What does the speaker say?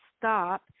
stop